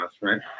right